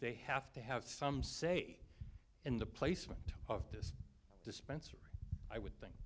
they have to have some say in the placement of this dispensary i would think